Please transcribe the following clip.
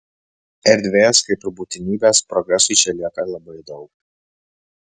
erdvės kaip ir būtinybės progresui čia lieka labai daug